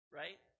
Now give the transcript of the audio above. right